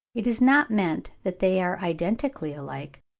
it is not meant that they are identically alike,